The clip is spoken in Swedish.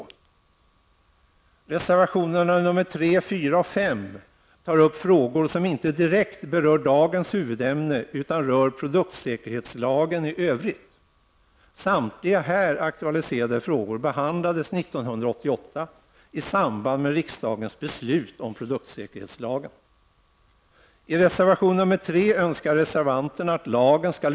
Reservationerna nr 3, 4 och 5 tar upp frågor som inte direkt berör dagens huvudämne utan rör produktsäkerhetslagen i övrigt. Samtliga här aktualiserade frågor behandlades 1988 i samband med riksdagens beslut om produktsäkerhetslagen.